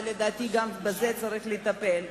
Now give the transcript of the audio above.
ולדעתי גם בזה צריך לטפל.